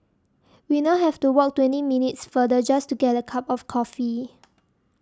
we now have to walk twenty minutes farther just to get a cup of coffee